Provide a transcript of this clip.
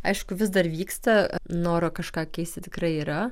aišku vis dar vyksta noro kažką keisti tikrai yra